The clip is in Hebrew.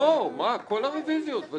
לא, מה, על כל הרביזיות בוודאי.